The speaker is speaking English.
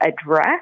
address